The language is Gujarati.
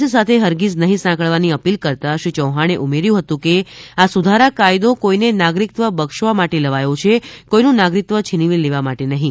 સી સાથે હરગિજ નહીં સાંકળવાની અપીલ કરતાં શ્રી ચૌહાણે ઉમેર્યું હતું કે આ સુધારા કાયદો કોઈને નાગરિક્ત્વ બક્ષવા માટે લવાયો છે કોઈ નું નાગરિકત્વં છીનવી લેવા માટે નહીં